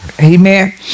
Amen